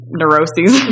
neuroses